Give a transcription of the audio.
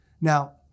Now